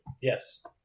Yes